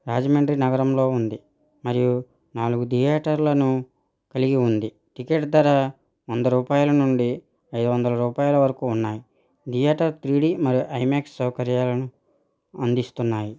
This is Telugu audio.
రాజమండ్రి నగరంలో ఉంది మరియు నాలుగు థియేటర్లను కలిగి ఉంది టికెట్ ధర వంద రూపాయల నుండి ఐదు వందల రూపాయల వరకు ఉన్నాయి థియేటర్ త్రీ డీ మరియు ఐమాక్స్ సౌకర్యాలను అందిస్తున్నాయి